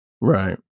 right